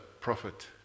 prophet